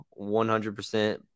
100%